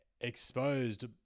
exposed